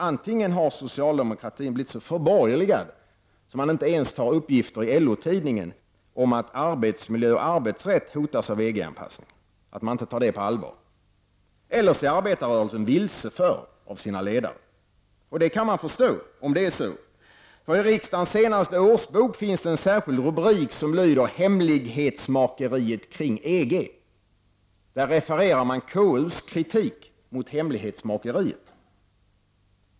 Antingen har socialdemokratin blivit så förborgerligad att man inte ens tar på allvar uppgifter i LO-tidningen om att arbetsmiljö och arbetsrätt hotas av EG-anpassningen. Eller också är arbetarrörelsen vilseförd av sina ledare. Man kan förstå om det är så. I riksdagens senaste utgivna årsbok finns det en särskild rubrik som lyder: Hemlighetsmakeriet kring EG. Där refereras KUs kritik mot hemlighetsmakeriet.